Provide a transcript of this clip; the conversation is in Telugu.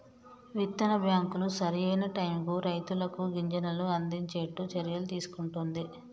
విత్తన బ్యాంకులు సరి అయిన టైముకు రైతులకు గింజలను అందిచేట్టు చర్యలు తీసుకుంటున్ది